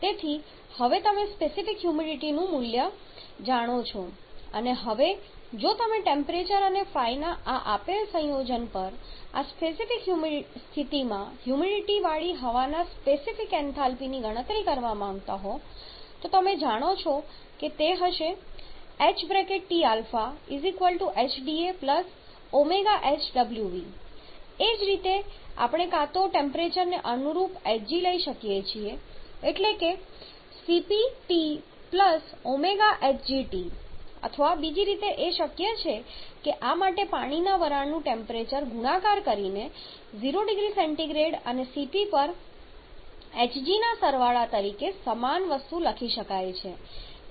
તેથી હવે તમે સ્પેસિફિક હ્યુમિડિટીનું મૂલ્ય જાણો છો અને હવે જો તમે ટેમ્પરેચર અને ϕ ના આ આપેલ સંયોજન પર આ સ્પેસિફિક સ્થિતિમાં હ્યુમિડિટીવાળી હવાના સ્પેસિફિક એન્થાલ્પીની ગણતરી કરવા માંગતા હો તો તમે જાણો છો કે તે આ રીતે હશે hThdahwv એ જ રીતે આપણે કાં તો ટેમ્પરેચરને અનુરૂપ hg લઇ શકીએ છીએ એટલે કે Cphg અથવા બીજી રીતે શક્ય છે કે આ માટે પાણીની વરાળના ટેમ્પરેચરથી ગુણાકાર કરીને 0 0C અને cp પર hg ના સરવાળા તરીકે સમાન વસ્તુ લખી શકાય